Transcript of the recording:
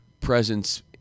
presence